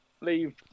Leave